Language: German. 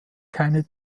keine